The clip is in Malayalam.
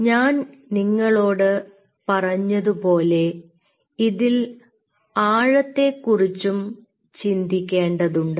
ഞാൻ നിങ്ങളോട് പറഞ്ഞതുപോലെ ഇതിൽ ആഴത്തെ കുറിച്ചും ചിന്തിക്കേണ്ടതുണ്ട്